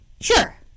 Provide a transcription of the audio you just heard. sure